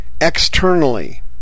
externally